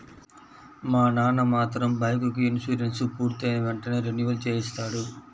మా నాన్న మాత్రం బైకుకి ఇన్సూరెన్సు పూర్తయిన వెంటనే రెన్యువల్ చేయిస్తాడు